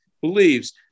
believes